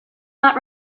not